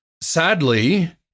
Sadly